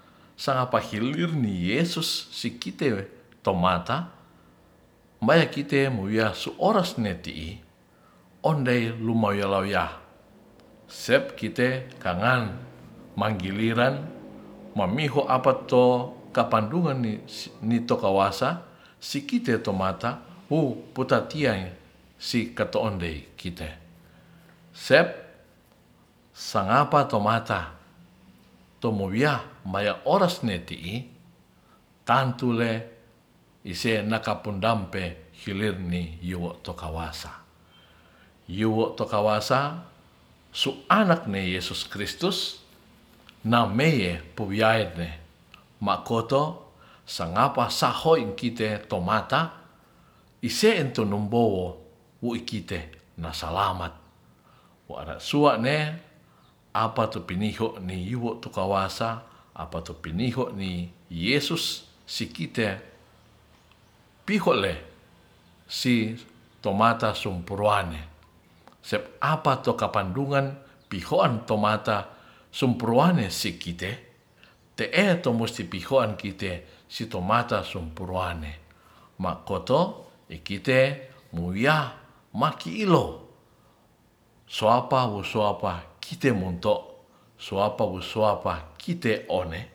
Sangapa hilirni yesus sikite tomata mer kite su ores neti'i ondei lumyolawiya sep kite kangan manggiliran mamiho apatokapandungan ni nitokawasa si kite tomata wou potatiyae si koteendei kite sep sangapa tomata tomuwiya maya oreneti'i tantue ise nakapundampe hilirni yuwo'to kawasa su anak ne yesus kristus nameye powiyae makoto sangapa sahoing kite tomata ise'en tonumbowo wui'kite nasalamat wo arasuane apatu piniho niwiro tu kawasa apatu piniho ni yesus si kite pihole si tomata sumpuruane sep apato kapandungan pihoan tomata sumpuruane sikite te'e tumuhan si pihoan kite si tomata si sumpuruane ma' koto ikite muwiya maki'ilo suapa wo suapa kite munto' suapa wo suapa kite one.